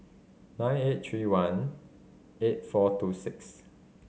nine eight three one eight four two six